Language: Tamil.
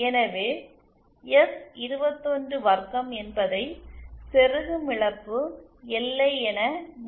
எனவே எஸ்212 என்பதை செருகும் இழப்பு LI என நான் வலியுறுத்த வேண்டும்